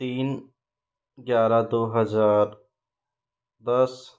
तीन ग्यारह दो हज़ार दस